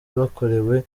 bakorewe